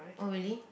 oh really